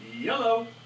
Yellow